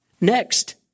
Next